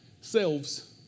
selves